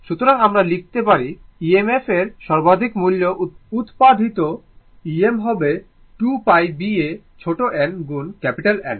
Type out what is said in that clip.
সুতরাং আমরা লিখতে পারি EMF এর সর্বাধিক মূল্য উত্পাদিত Em হবে 2 π B A ছোট n গুণ ক্যাপিটাল N